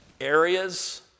areas